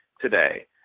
today